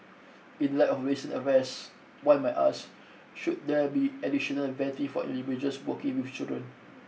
in light of recent arrest one might ask should there be additional vetted for individuals with children